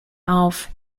auf